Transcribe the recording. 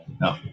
no